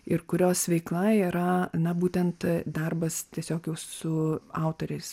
ir kurios veikla yra na būtent darbas tiesiog jau su autoriais